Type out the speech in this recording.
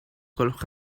gwelwch